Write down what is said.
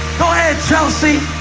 go ahead, chelsea.